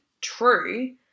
true